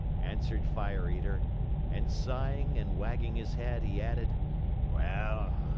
answered fire eater and sighing and wagging his head, he added well,